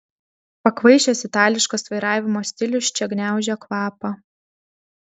pakvaišęs itališkas vairavimo stilius čia gniaužia kvapą